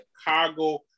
Chicago